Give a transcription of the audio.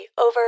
over